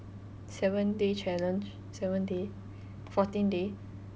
seven day challenge seven day fourteen day